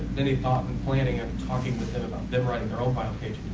any thought and planning and talking with them about them writing their own bio page?